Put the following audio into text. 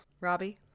robbie